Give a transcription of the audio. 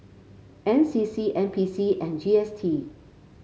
N C C N P C and G S T